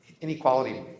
inequality